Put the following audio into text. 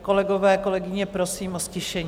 Kolegové, kolegyně, prosím o ztišení.